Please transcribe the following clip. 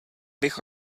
bych